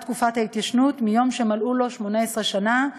תקופת ההתיישנות מיום שמלאו לו 18 שנה,